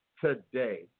today